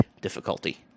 difficulty